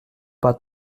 pas